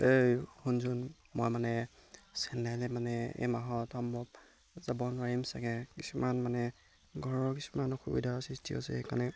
এই শুনচোন মই মানে চেন্নাইলৈ মানে এই মাহত সম্ভৱ যাব নোৱাৰিম চাগে কিছুমান মানে ঘৰৰ কিছুমান অসুবিধাৰ সৃষ্টি আছে সেইকাৰণে